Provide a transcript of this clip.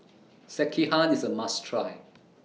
Sekihan IS A must Try